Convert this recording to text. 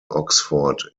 oxford